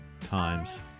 times